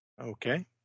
Okay